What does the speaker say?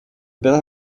bill